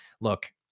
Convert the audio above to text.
look